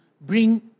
bring